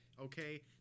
okay